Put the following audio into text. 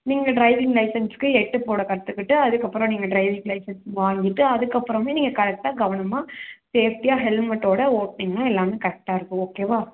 நீங்கள் ட்ரைவிங் லைசென்ஸ்க்கு எட்டுப்போட கற்றுக்கிட்டு அதுக்கப்புறம் நீங்கள் ட்ரைவிங் லைசென்ஸ் வாங்கிகிட்டு அதுக்கப்புறமே நீங்கள் கரெக்டாக கவனமாக ஸேஃப்டியாக ஹெல்மெட்டோடு ஓட்டினீங்கனா எல்லாமே கரெக்டாக இருக்கும் ஓகே வா